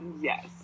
Yes